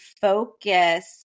focus